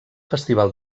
festival